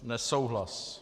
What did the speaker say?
Nesouhlas.